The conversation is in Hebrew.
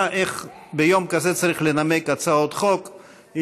איך ביום כזה צריך לנמק הצעות חוק.